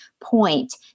point